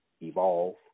evolve